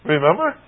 Remember